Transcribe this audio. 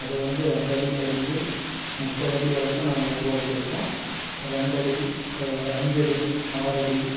அது வந்து ரெண்டடியில் இருந்து முப்பது அடி வரைக்கும் நாங்கள் உருவாக்கியிருக்கோம் ரெண்டடி அஞ்சடி ஆறடி